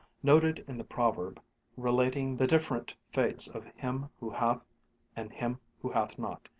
noted in the proverb relating the different fates of him who hath and him who hath not,